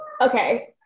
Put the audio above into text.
Okay